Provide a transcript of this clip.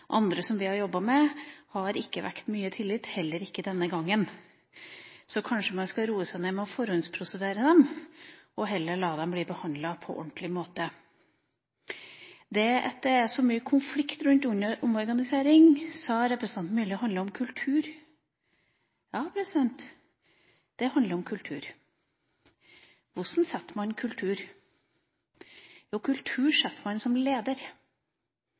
andre som vi har jobbet med, har ikke vekket mye tillit – og heller ikke denne gangen. Så kanskje man skal «roe seg ned» med å forhåndsprosedere dem, og heller la dem bli behandlet på en ordentlig måte. Det at det er så mye konflikt rundt omorganisering, sa representanten Myrli handler om kultur. Ja, det handler om kultur. Hvordan «setter» man en kultur? Jo, en kultur setter man som leder.